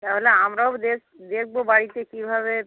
তাহলে আমরাও দেখব বাড়িতে কীভাবে